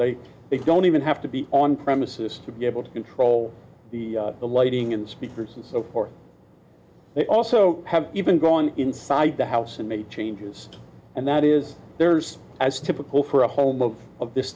they they don't even have to be on premises to be able to control the lighting and speakers and so forth they also have even gone inside the house and made changes and that is theirs as typical for a home of of this